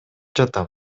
жатам